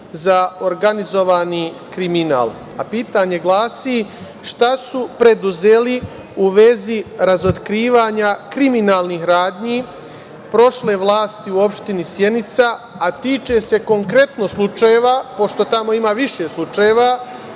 za organizovani kriminal. Pitanje glasi - šta su preduzeli u vezi razotkrivanja kriminalnih radnji prošle vlasti u opštini Sjenica, a tiče se konkretno slučajeva, pošto tamo ima više slučajeva,